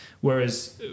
Whereas